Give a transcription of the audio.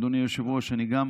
אדוני היושב-ראש, אני גם